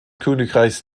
königreichs